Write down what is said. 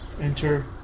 enter